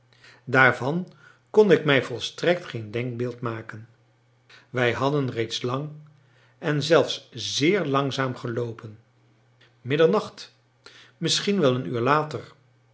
daarvan kon ik mij volstrekt geen denkbeeld maken wij hadden reeds lang en zelfs zeer langzaam geloopen middernacht misschien wel een uur later